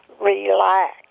relax